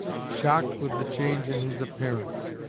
shocked with the change in his appearance.